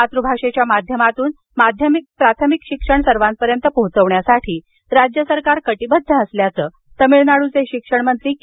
मातृभाषेच्या माध्यमातून प्राथमिक शिक्षण सर्वांपर्यंत पोहोचविण्यासाठी राज्यसरकार कटिबद्ध असल्याचं तमिळनाडूचे शिक्षणमंत्री के